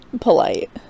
polite